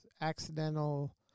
accidental